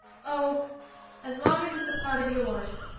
oh as long as it's a part of yours.